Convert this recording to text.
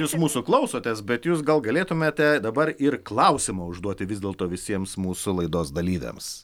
jūs mūsų klausotės bet jūs gal galėtumėte dabar ir klausimą užduoti vis dėlto visiems mūsų laidos dalyviams